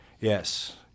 Yes